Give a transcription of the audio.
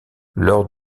lors